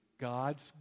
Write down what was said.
God's